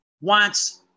wants